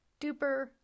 duper